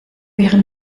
ihren